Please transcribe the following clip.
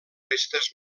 restes